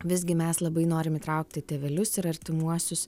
visgi mes labai norim įtraukti tėvelius ir artimuosius